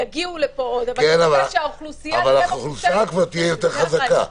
יגיעו לפה עוד --- אבל האוכלוסייה תהיה כבר יותר חזקה.